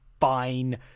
fine